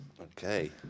Okay